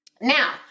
Now